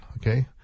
okay